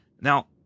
now